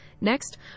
Next